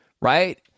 right